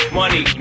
money